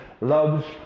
loves